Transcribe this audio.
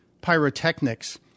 Pyrotechnics